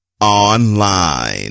online